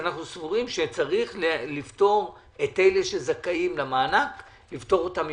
אנחנו סבורים שצריך לפטור את אלה שזכאים למענק ממיסוי.